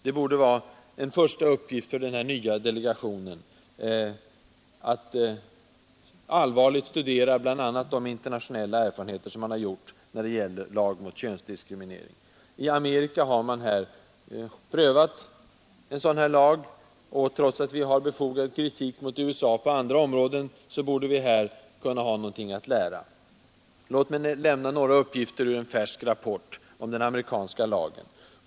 Det borde vara en första uppgift för den här nya delegationen att allvarligt studera bl.a. de internationella erfarenheter som man har gjort när det gäller lag mot könsdiskriminering. I Amerika har man prövat en sådan här lag. Trots att vi riktar befogad kritik mot USA på andra områden så borde vi här kunna ha någonting att lära. Låt mig nämna några uppgifter ur en färsk rapport om den amerikanska lagen.